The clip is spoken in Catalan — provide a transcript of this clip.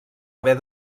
haver